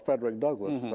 frederick douglass,